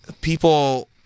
people